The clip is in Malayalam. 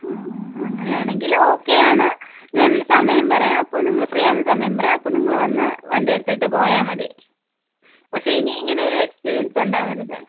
ആ ആ അങ്ങനെയാണെങ്കിൽ ഓക്കെ ആണ് ഞാൻ ഒരു സമയം പറയാം അപ്പോൾ നിങ്ങൾ ഫ്രീയാകുന്ന സമയം പറയുക അപ്പോൾ നിങ്ങൾ വന്ന് വണ്ടിയെടുത്തിട്ട് പോയാൽമതി പക്ഷെ ഇനിയിങ്ങനൊരു എക്സ്പീരിയൻസ് ഉണ്ടാവരുത്